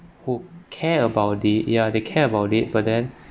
who care about it ya they care about it but then